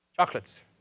chocolates